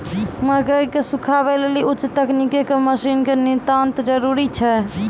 मकई के सुखावे लेली उच्च तकनीक के मसीन के नितांत जरूरी छैय?